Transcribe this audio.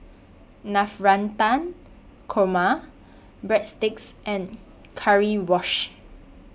Navratan Korma Breadsticks and Currywurst